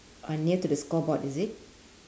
or near to the scoreboard is it